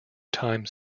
time